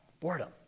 Boredom